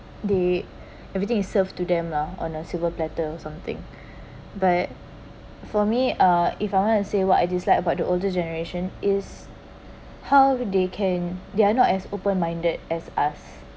they everything is served to them lah on a silver platter or something but for me uh if I want to say what I dislike about the older generation is how they can they are not as open minded as us